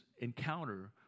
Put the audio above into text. encounter